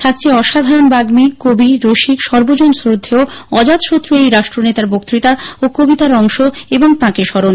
থাকছে অসাধারণ বাগ্মী কবি রসিক সর্বজন শ্রদ্ধেয় অজাতশক্র এই রাষ্ট্রনেতার বক্ততা ও কবিতার অংশ এবং তাঁকে স্মরণ